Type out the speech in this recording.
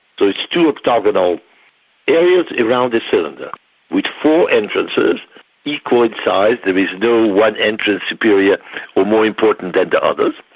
it's two octagonal areas around the cylinder with four entrances equal in size, there is no one entrance superior or more important than the others.